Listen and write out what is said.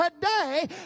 today